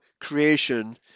creation